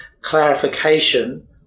clarification